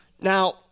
Now